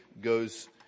goes